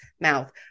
mouth